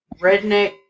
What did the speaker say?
redneck